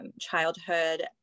childhood